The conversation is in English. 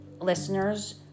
Listeners